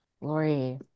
Lori